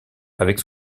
avec